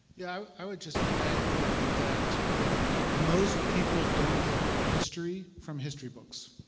yeah i would just add that most people don't get their history from history books.